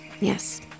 Yes